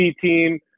team